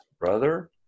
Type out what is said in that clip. brother